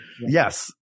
Yes